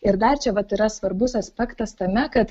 ir dar čia vat yra svarbus aspektas tame kad